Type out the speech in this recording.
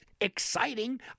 exciting